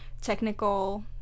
technical